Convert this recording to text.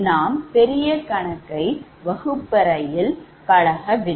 நாம் பெரியகணக்கை வகுப்பறையில் பழகவில்லை